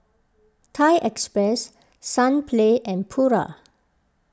Thai Express Sunplay and Pura